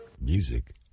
Music